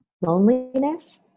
Loneliness